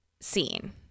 scene